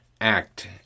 act